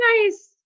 nice